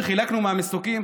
שחילקנו מהמסוקים,